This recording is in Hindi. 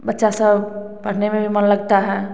बच्चा सब पढ़ने में भी मन लगता है